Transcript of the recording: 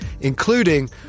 including